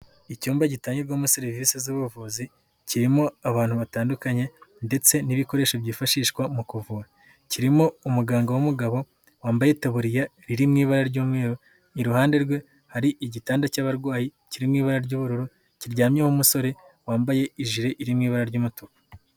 Icyumba gitangirwamo serivisi z'ubuvuzi kirimo abantu batandukanye ndetse n'ibikoresho byifashishwa mu kuvura, kirimo umuganga w'umugabo wambaye itabuririya iri mu ibara ry'umweru, iruhande rwe hari igitanda cy'abarwayi kiri mu ibara ry'ubururu kiryamyeho musore wambaye ijire iri mu ibara ry'umutuku.